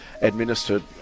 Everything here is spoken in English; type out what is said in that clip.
administered